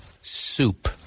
Soup